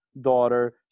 daughter